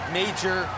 major